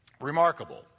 Remarkable